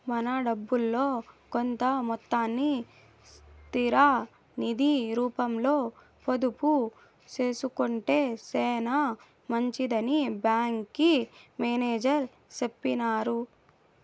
మన డబ్బుల్లో కొంత మొత్తాన్ని స్థిర నిది రూపంలో పొదుపు సేసుకొంటే సేనా మంచిదని బ్యాంకి మేనేజర్ సెప్పినారు